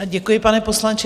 Děkuji, pane poslanče.